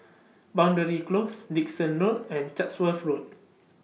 Boundary Close Dickson Road and Chatsworth Road